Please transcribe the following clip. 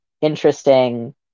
interesting